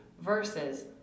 versus